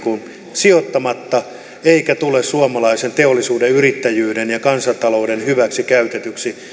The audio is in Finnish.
sijoittamatta eikä tule suomalaisen teollisuuden yrittäjyyden ja kansantalouden hyväksi käytetyksi